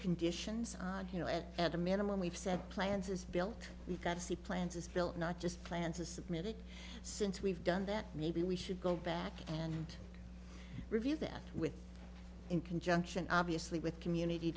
conditions on you know at at a minimum we've said plans is built we've got to see plans is built not just plan to submit it since we've done that maybe we should go back and review that with in conjunction obviously with community